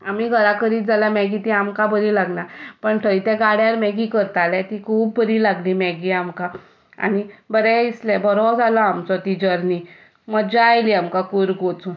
आमी घरा करीत जाल्यार मॅगी ती आमकां बरी लागना पूण थंय त्या गाड्यार मॅगी करताले ती खूब बरी लागली मॅगी आमकां आनी बरें दिसलें बरी जाली आमची ती जर्नी मजा आयली आमकां कूर्ग वचून